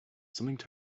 something